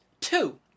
two